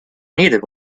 needed